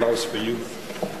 (מחיאות כפיים) Applause for you.